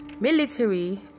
Military